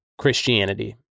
Christianity